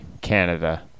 Canada